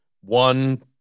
one